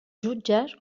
jutges